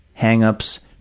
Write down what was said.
hangups